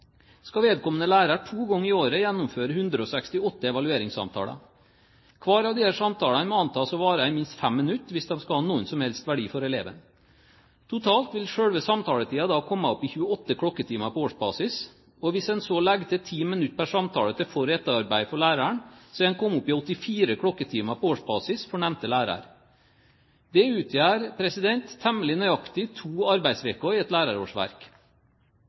skal vedkommende lærer to ganger i året gjennomføre 168 evalueringssamtaler. Hver av disse samtalene må antas å vare i minst fem minutter hvis de skal ha noen som helst verdi for eleven. Totalt vil selve samtaletiden da komme opp i 28 klokketimer på årsbasis. Hvis man så legger til ti minutter per samtale til for- og etterarbeid for læreren, er man kommet opp i 84 klokketimer på årsbasis for nevnte lærer. Det utgjør temmelig nøyaktig to arbeidsuker i et lærerårsverk.